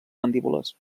mandíbules